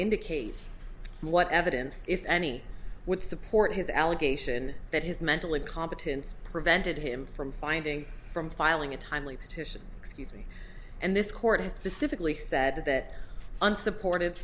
indicate what evidence if any would support his allegation that his mental incompetence prevented him from finding from filing a timely petition excuse me and this court has specifically said that unsupported